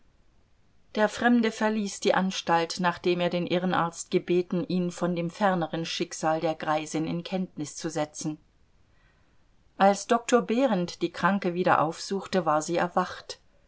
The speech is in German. der fremde verließ die anstalt nachdem er den irrenarzt gebeten ihn von dem ferneren schicksal der greisin in kenntnis zu setzen als doktor behrend die kranke wieder aufsuchte war sie erwacht